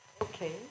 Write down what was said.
Okay